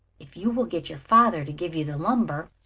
if you will get your father to give you the lumber.